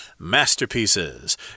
masterpieces